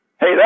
Hey